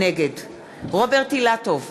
נגד רוברט אילטוב,